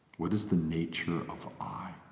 what is the nature of i?